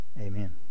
Amen